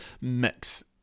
mix